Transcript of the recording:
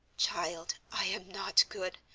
child, i am not good,